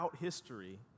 history